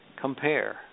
compare